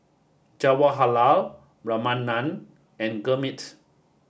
Jawaharlal Ramanand and Gurmeet